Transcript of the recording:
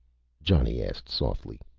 johnny asked softly,